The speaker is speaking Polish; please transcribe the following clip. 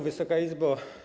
Wysoka Izbo!